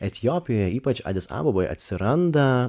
etiopijoje ypač aditavoboj atsiranda